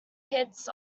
hits